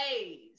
ways